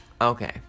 okay